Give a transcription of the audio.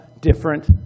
different